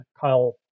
Kyle